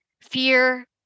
fear